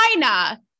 China